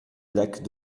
lac